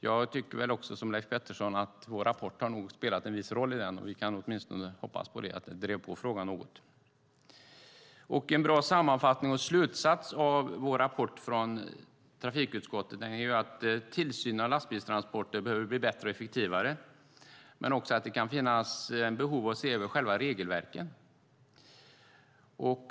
Jag tror väl också, som Leif Pettersson, att vår rapport nog har spelat en viss roll. Vi kan åtminstone hoppas på det, att den drev på frågan något. En bra sammanfattning och slutsats av vår rapport från trafikutskottet är att tillsynen av lastbilstransporter behöver bli bättre och effektivare men också att det kan finnas behov av att se över själva regelverken.